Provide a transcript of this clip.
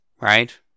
right